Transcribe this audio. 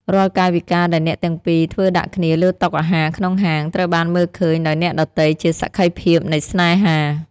រាល់កាយវិការដែលអ្នកទាំងពីរធ្វើដាក់គ្នាលើតុអាហារក្នុងហាង ត្រូវបានមើលឃើញដោយអ្នកដទៃជាសក្ខីភាពនៃស្នេហា។